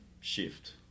shift